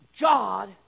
God